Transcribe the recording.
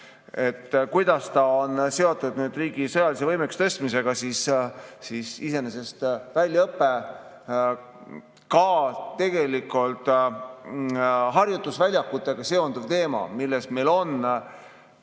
kuidas see on seotud riigi sõjalise võimekuse tõstmisega, siis iseenesest väljaõpe, tegelikult ka harjutusväljakutega seonduv teema, milles meil on